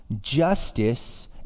justice